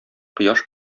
кояш